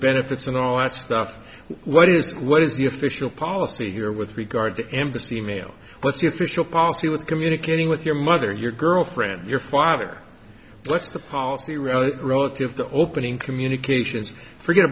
benefits and all that stuff what is what is the official policy here with regard to embassy mail what's the official policy with communicating with your mother your girlfriend your fiver what's the policy relative to opening communications forget